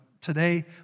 Today